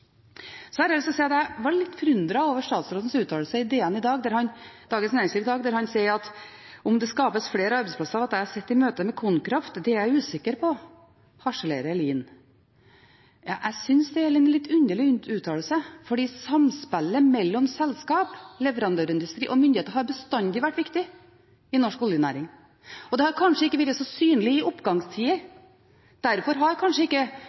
Så har jeg lyst til å si at jeg var litt forundret over statsrådens uttalelse i Dagens Næringsliv i dag: «Om det skapes flere arbeidsplasser av at jeg sitter i møter med Konkraft, er jeg usikker på, harselerer Lien.» Jeg synes det er en litt underlig uttalelse, for samspillet mellom selskap, leverandørindustri og myndigheter har bestandig vært viktig i norsk oljenæring. Det har kanskje ikke vært så synlig i oppgangstider. Derfor har kanskje ikke